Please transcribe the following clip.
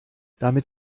damit